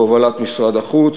החוץ, בהובלת משרד החוץ,